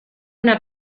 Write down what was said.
una